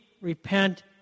repent